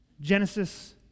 Genesis